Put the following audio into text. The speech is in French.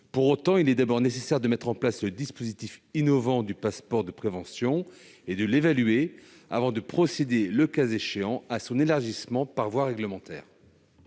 Pour autant, il est nécessaire de mettre en place et d'évaluer le dispositif innovant du passeport de prévention avant de procéder, le cas échéant, à son élargissement par voie réglementaire.